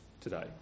today